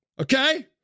okay